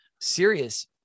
serious